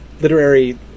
literary